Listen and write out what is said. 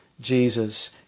Jesus